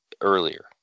earlier